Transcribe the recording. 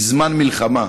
בזמן מלחמה.